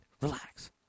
Relax